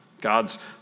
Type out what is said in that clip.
God's